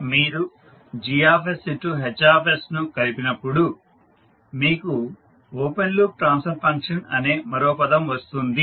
మీరు G H ను కలిపినప్పుడు మీకు ఓపెన్ లూప్ ట్రాన్స్ఫర్ ఫంక్షన్ అనే మరో పదం వస్తుంది